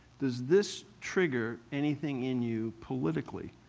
does this trigger anything in you politically?